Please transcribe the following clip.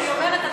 אני אומרת,